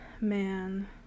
man